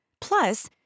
Plus